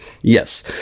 yes